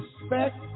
respect